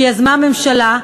שיזמה הממשלה,